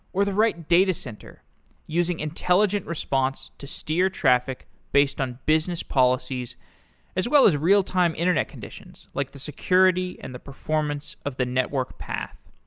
or the right datacenter using intelligent response to steer traffic based on business policies as well as real time internet conditions, like the security and the performance of the network path.